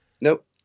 Nope